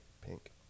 pink